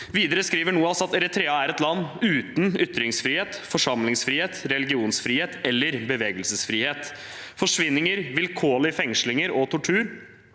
Videre skriver NOAS at Eritrea er et land uten ytringsfrihet, forsamlingsfrihet, religionsfrihet eller bevegelsesfrihet. Forsvinninger, vilkårlige fengslinger og tortur